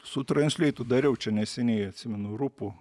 su transleitu dariau čia neseniai atsimenu rupų